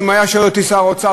שאם היה שואל אותי שר האוצר,